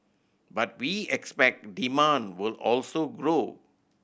but we expect demand will also grow